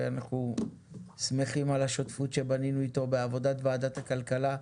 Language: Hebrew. ואנחנו שמחים על השותפות שבנינו איתו בעבודת ועדת הכלכלה.